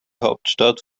hauptstadt